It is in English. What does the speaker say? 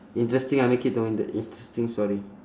interesting ah make it to an interesting story